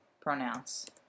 pronounce